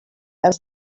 ers